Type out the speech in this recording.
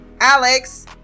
Alex